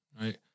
right